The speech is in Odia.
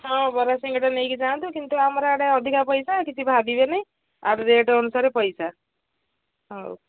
ହଁ ବରା ସିିଙ୍ଗଡ଼ା ନେଇକି ଯାଆନ୍ତୁ କିନ୍ତୁ ଆମର ଇଆଡ଼େ ଅଧିକା ପଇସା କିଛି ଭାବିବେନି ଆଉ ରେଟ୍ ଅନୁସାରେ ପଇସା ହଉ